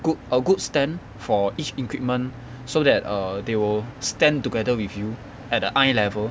good a good stand for each equipment so that err they will stand together with you at a eye level